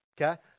okay